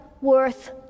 worth